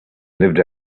lived